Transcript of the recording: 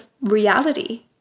reality